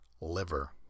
Liver